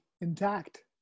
intact